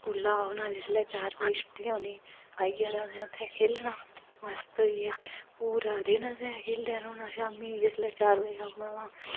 स्कूला दा औना जिसलै छुट्टी होनी आइयै ते असें उत्थै खेढना मस्त होइयै पूरा दिन असें खेढदे रौह्ना शामीं जिसलै चार बजे औना